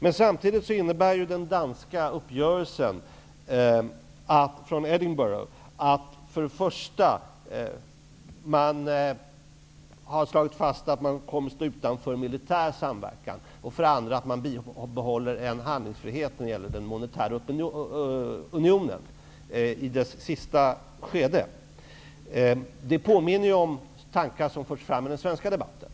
Men samtidigt innebär den danska uppgörelsen från Edinburgh för det första att det slagits fast att man kommer att stå utanför en militär samverkan och för det andra att man bibehåller handlingsfriheten när det gäller den monetära unionen i sista skedet. Det här påminner om tankar som förts fram i den svenska debatten.